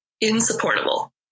insupportable